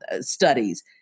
studies